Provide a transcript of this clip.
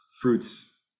fruits